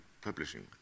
publishing